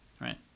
Right